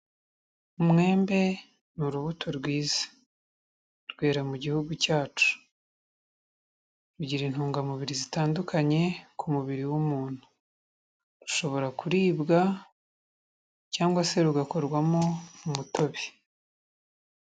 Umwembe ni urubuto rwiza, rwera mu gihugu cyacu, rugira intungamubiri zitandukanye ku mubiri w'umuntu, rushobora kuribwa, cyangwa se rugakorwamo umutobe.